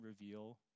reveal